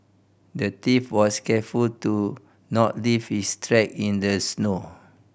the thief was careful to not leave his track in the snow